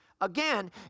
Again